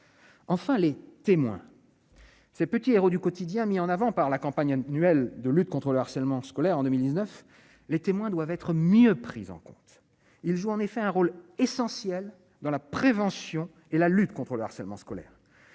enfin les témoins, ces petits héros du quotidien, mis en avant par la campagne annuelle de lutte contre le harcèlement scolaire en 2019 les témoins doivent être mieux prises en compte, il joue en effet un rôle essentiel dans la prévention et la lutte contre le harcèlement scolaire,